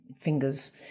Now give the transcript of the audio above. fingers